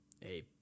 Hey